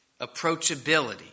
approachability